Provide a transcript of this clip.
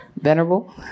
Venerable